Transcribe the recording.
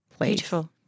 Beautiful